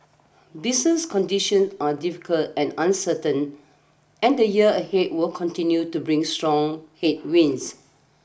business condition are difficult and uncertain and the year ahead will continue to bring strong headwinds